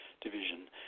Division